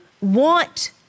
want